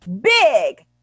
big